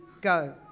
go